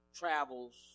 travels